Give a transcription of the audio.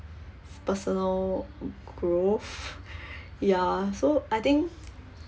personal growth ya so I think